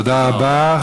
תודה רבה.